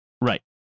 Right